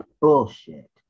bullshit